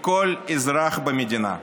לכל אזרח במדינה.